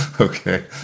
Okay